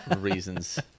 reasons